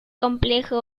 complejo